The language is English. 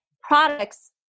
products